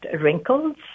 wrinkles